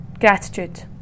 gratitude